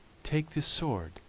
take this sword,